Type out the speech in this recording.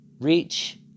Reach